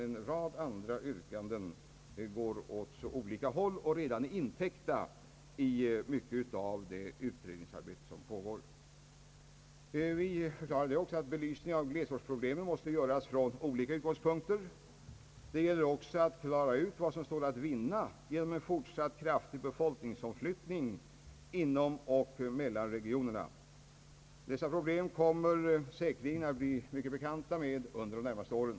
En rad andra yrkanden går åt olika håll och är redan täckta av det utredningsarbete som pågår. Belysningen av glesortsproblemen måste göras från olika utgångspunkter. Det gäller också att klara ut vad som står att vinna genom en fortsatt kraftig befolkningsomflyttning inom och mellan de olika regionerna. Dessa problem kommer vi säkerligen att bli mycket bekanta med under de närmaste åren.